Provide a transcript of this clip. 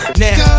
now